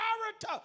character